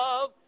love